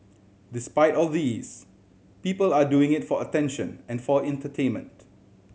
despite all these people are doing it for attention and for entertainment